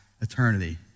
eternity